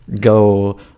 go